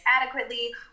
adequately